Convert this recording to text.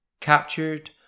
captured